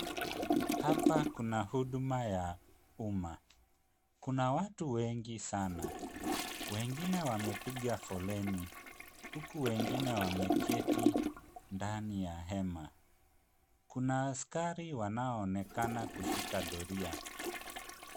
Hapa kuna huduma ya umma. Kuna watu wengi sana. Wengine wamepiga foleni huku wengine wameketi ndani ya hema. Kuna askari wanaonekana kushika doria.